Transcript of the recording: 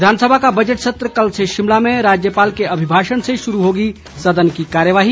विधानसभा का बजट सत्र कल से शिमला में राज्यपाल के अभिभाषण से शुरू होगी सदन की कार्यवाही